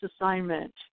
assignment